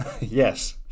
Yes